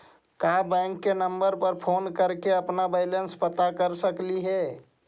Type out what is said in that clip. का बैंक के नंबर पर फोन कर के अपन बैलेंस पता कर सकली हे?